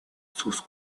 sus